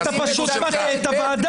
--- אתה פשוט מטעה את הוועדה.